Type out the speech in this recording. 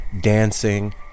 dancing